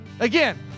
Again